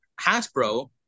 Hasbro